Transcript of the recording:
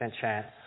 chance